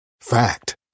Fact